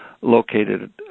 located